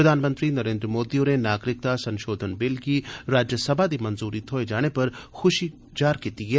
प्रधानमंत्री नरेन्द्र मोदी होरें नागरिकता संशोधन बिल गी राज्यसमा दी मंजूरी थ्होई जाने पर खुशी जाहर कीती ऐ